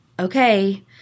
okay